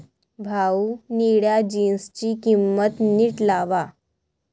भाऊ, निळ्या जीन्सची किंमत नीट लावा